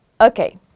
Okay